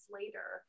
later